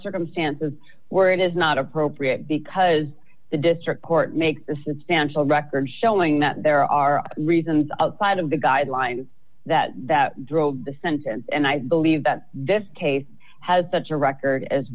circumstances where it is not appropriate because the district court makes the substantial record showing that there are reasons outside of the guidelines that that drove the sentence and i believe that this case has such a record as